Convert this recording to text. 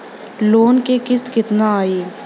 Loan क किस्त कितना आई?